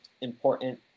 important